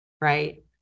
Right